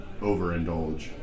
overindulge